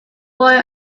boy